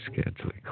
scantily